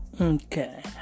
Okay